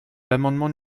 l’amendement